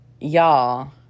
Y'all